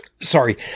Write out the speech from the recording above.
Sorry